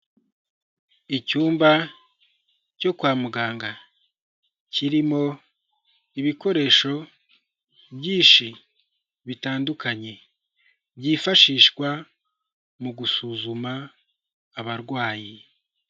Icyumba cyo kwa muganga kirimo ibikoresho byinshi bitandukanye, byifashishwa mu gusuzuma abarwayi.